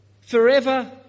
forever